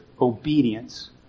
obedience